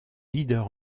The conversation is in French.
leader